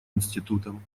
институтам